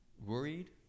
worried